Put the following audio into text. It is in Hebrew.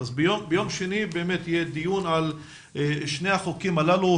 ביום שני יהיה דיון על שני החוקים הללו,